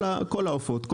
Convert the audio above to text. כל העופות,